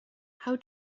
how